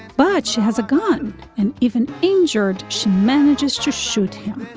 but she has a gun and even injured she manages to shoot him.